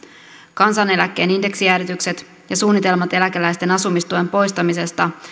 kansaneläkkeen indeksijäädytykset ja suunnitelmat eläkeläisten asumistuen poistamisesta